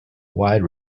wide